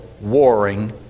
warring